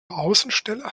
außenstelle